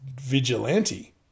vigilante